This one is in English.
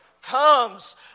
comes